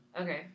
Okay